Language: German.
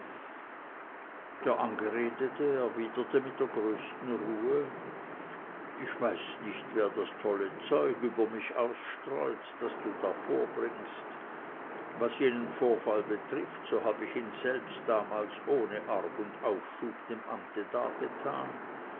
der angeredete erwiderte mit der größten ruhe ich weiß nicht wer das tolle zeug über mich ausstreut das du da vorbringst was jenen vorfall betrifft so hab ich ihn selbst damals ohne arg und aufschub dem amte dargetan